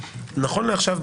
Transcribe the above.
שנכון לעכשיו,